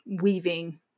weaving